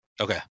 Okay